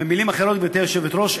גברתי היושבת-ראש,